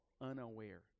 unaware